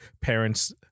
parents